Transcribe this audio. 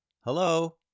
Hello